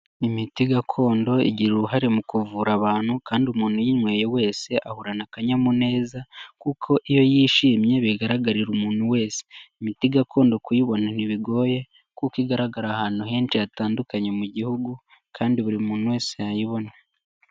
Imiti gakondo igira uruhare mu kuvura abantu, kandi umuntu uyinyweye wese ahorana akanyamuneza, kuko iyo yishimye bigaragarira umuntu wese. Imiti gakondo kuyibona ntibigoye kuko igaragara ahantu henshi hatandukanye mu gihugu, kandi buri muntu wese yayibona.